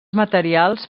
materials